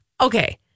Okay